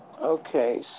Okay